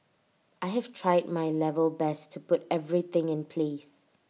I have tried my level best to put everything in place